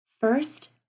First